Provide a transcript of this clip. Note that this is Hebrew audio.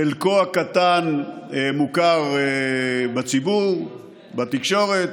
חלקו הקטן מוכר בציבור, בתקשורת,